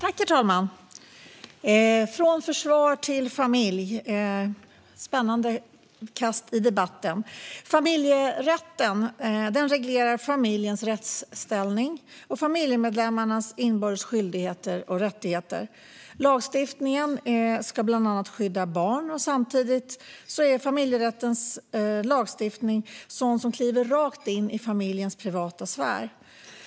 Herr talman! Från försvar till familj - ett spännande kast i debatten! Familjerätten reglerar familjens rättsställning och familjemedlemmarnas inbördes skyldigheter och rättigheter. Lagstiftningen ska bland annat skydda barn. Samtidigt är familjerättens lagstiftning sådan att den kliver rakt in i familjens privata sfär.